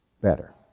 better